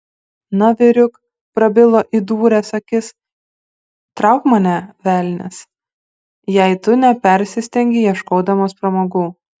na vyriuk prabilo įdūręs akis trauk mane velnias jei tu nepersistengei ieškodamas pramogų